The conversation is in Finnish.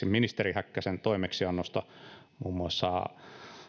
ministeri häkkäsen toimeksiannosta muun muassa